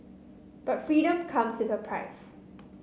but freedom comes with a price